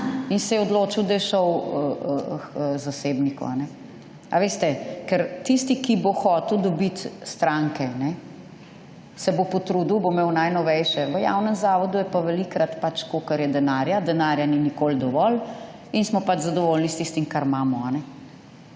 In se je odločil, da je šel k zasebniku. A veste, ker tisti, ki bo hotel dobiti stranke, se bo potrudil, bo imel najnovejše. V javnem zavodu je pa velikokrat pač, kolikor je denarja. Denarja ni nikoli dovolj. In smo pač zadovoljni s tistim, kar imamo.